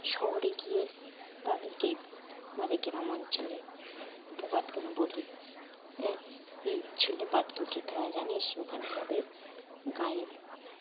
শহরে গিয়ে তাদেরকেই আমাদের গ্রাম অঞ্চলেের প্রপাতগুলো বলি হ্যাঁ এই ছুলে পাটকল খেতে হওয়া জানিস ওখানে আমাদের গায়ের